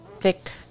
thick